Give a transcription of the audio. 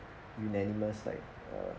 unanimous like a